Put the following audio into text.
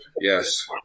yes